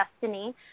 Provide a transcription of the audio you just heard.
Destiny